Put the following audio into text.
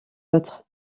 autres